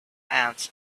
ants